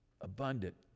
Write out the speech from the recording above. abundant